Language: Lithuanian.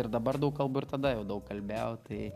ir dabar daug kalbu ir tada jau daug kalbėjau tai